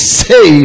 say